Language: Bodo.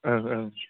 ओं ओं